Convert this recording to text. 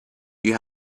you